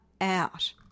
out